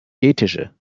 ethische